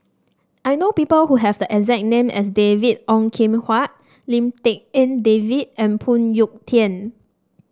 I know people who have the exact name as David Ong Kim Huat Lim Tik En David and Phoon Yew Tien